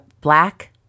black